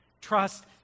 trust